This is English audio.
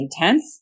intense